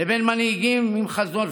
לבין מנהיגים עם חזון